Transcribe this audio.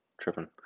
tripping